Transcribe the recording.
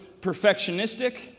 perfectionistic